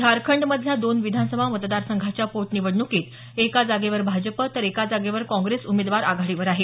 झारखंडमधल्या दोन विधानसभा मतदारसंघाच्या पोटनिवडणुकीत एका जागेवर भाजप तर एका जागेवर काँग्रेस उमेदवार आघाडीवर आहेत